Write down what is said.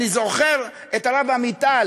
אני זוכר את הרב עמיטל,